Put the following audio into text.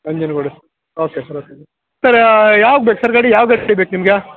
Nanjangud okay sir okay sir sir ಯಾವಾಗ ಬೇಕು sir ಗಾಡಿ ಯಾವ ಗಾಡಿ ಬೇಕು ನಿಮಗೆ